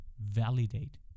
validate